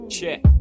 Check